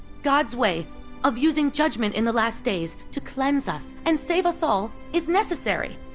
god's way of using judgment in the last days to cleanse us and save us all is necessary!